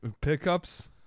pick-ups